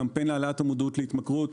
קמפיין להעלאת המודעות להתמכרות,